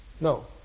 No